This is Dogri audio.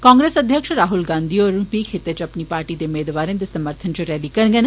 कांग्रेस अध्यक्ष राहुल गांधी होर बी खित्ते इच अपनी पार्टी दे मेदवारें दे समर्थन इच रैली करडन